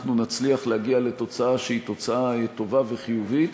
אנחנו נצליח להגיע לתוצאה שהיא טובה וחיובית.